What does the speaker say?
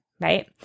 right